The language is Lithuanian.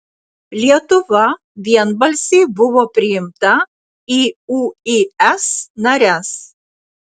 lietuva vienbalsiai buvo priimta į uis nares